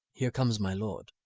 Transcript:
here comes my lord.